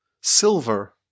silver